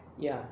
ya